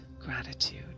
gratitude